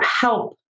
help